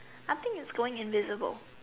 I think it's going invisible